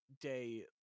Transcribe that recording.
day